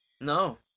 no